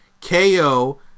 KO